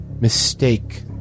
mistake